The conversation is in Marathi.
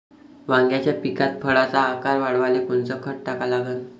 वांग्याच्या पिकात फळाचा आकार वाढवाले कोनचं खत टाका लागन?